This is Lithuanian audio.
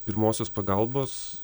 pirmosios pagalbos